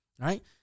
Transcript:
right